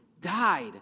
died